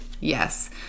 yes